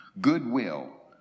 Goodwill